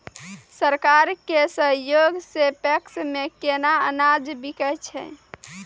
सरकार के सहयोग सऽ पैक्स मे केना अनाज बिकै छै?